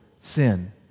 sin